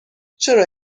چرا